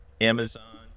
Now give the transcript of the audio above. Amazon